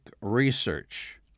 research